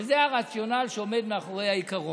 זה הרציונל שעומד מאחורי העיקרון.